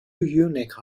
unique